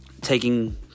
taking